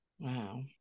Wow